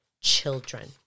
children